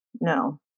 No